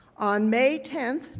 on may ten,